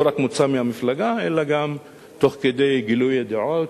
לא רק מוצא מהמפלגה אלא גם תוך כדי גילוי הדעות,